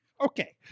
Okay